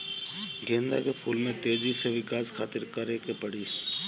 गेंदा के फूल में तेजी से विकास खातिर का करे के पड़ी?